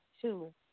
two